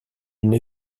une